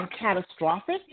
catastrophic